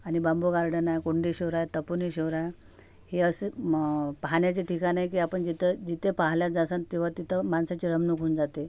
आणि bamboo garden आहे कोंडेश्वर आहे तपोनेश्वर आहे हे असं पाहण्याचे ठिकाणं आहे की आपण जिथं जिथे पाहिलं जासन तेव्हा तिथं माणसाचे रमणूक होऊन जाते